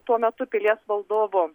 tuo metu pilies valdovo